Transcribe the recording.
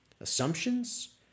assumptions